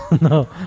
No